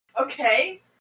Okay